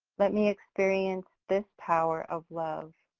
let me experience this power of love.